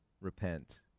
Repent